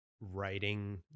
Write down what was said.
writing